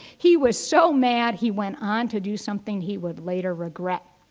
he was so mad. he went on to do something he would later regret.